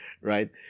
right